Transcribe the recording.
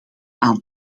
aan